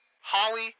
Holly